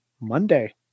Monday